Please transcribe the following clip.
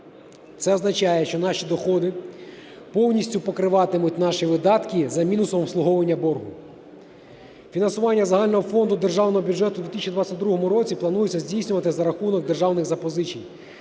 Це означає, що наші доходи повністю покриватимуть наші видатки за мінусом обслуговування боргу. Фінансування загального фонду Державного бюджету у 2022 році планується здійснюватися за рахунок державних запозичень,